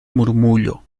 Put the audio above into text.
murmullo